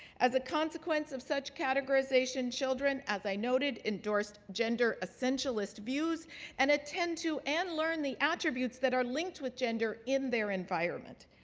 as a consequence of such categorisation, children, as i noted, endorsed gender essentialist views and attend to and learn the attributes that are linked with gender in their environment.